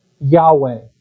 Yahweh